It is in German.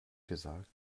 gesagt